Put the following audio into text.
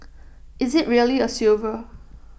is IT really A silver